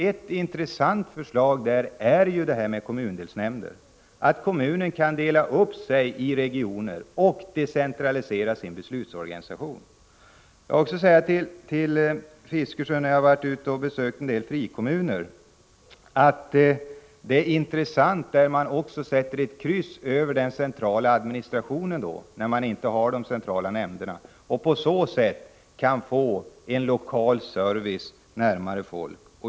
Ett intressant förslag där är förslaget om kommundelsnämnder, som innebär att man kan dela in kommunerna i regioner och decentralisera beslutsorganisationen. Jag vill också säga till Bertil Fiskesjö att jag besökt en frikommun, som sätter ett kryss över den centrala administrationen, slopar de centrala nämnderna och decentraliserar till lokala nämnder. På så sätt kan man få en lokal service närmare folk.